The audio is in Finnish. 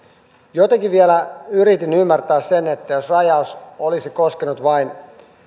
jotenkin vielä yritin ymmärtää sen että rajaus olisi koskenut vain